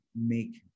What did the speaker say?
make